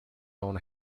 own